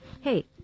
Hey